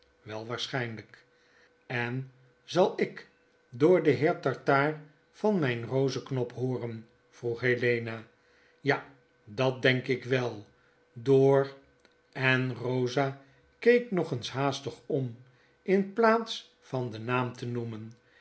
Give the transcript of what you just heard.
wei waarschynlyk en zal ik door den heer tartaar van mijn roseknop hooren vroeg helena ja dat denk ik wel door en rosa keek nog eens haastig om in plaats van den naam te noemen